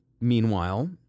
Meanwhile